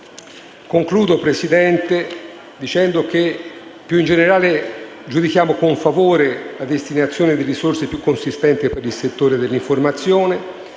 Concludo dicendo che, più in generale, giudichiamo con favore la destinazione di risorse più consistenti per il settore dell'informazione